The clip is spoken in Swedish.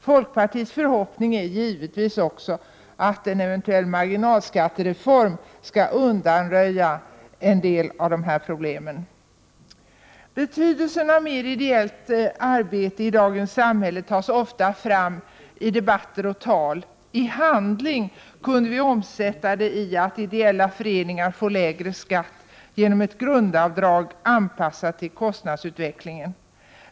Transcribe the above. Folkpartiets förhoppning är givetvis också att en eventuell marginalskattereform skall undanröja en del av problemen. Betydelsen av mer ideellt arbete i dagens samhälle tas ofta fram i debatter och tal. I handling kunde vi omsätta det tack vare att idella föreningar får lägre skatt genom ett grundavdrag anpassat till kostnadsutvecklingen.